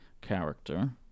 character